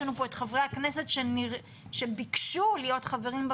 יש לנו פה את חברי הכנסת שביקשו להיות חברים פה